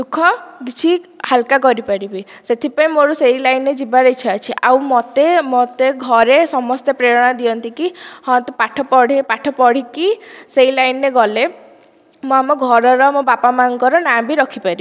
ଦୁଃଖ କିଛି ହାଲ୍କା କରିପାରିବି ସେଥିପାଇଁ ମୋର ସେହି ଲାଇନରେ ଯିବାର ଇଛା ଅଛି ଆଉ ମୋତେ ମୋତେ ଘରେ ସମସ୍ତେ ପ୍ରେରଣା ଦିଅନ୍ତି କି ହଁ ତୁ ପାଠ ପଢେ ପାଠ ପଢିକି ସେହି ଲାଇନରେ ଗଲେ ମୁଁ ଆମ ଘର ର ବାପା ମାଁଙ୍କ ନାଁ ବି ରଖିପାରିବି